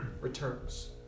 returns